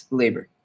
labor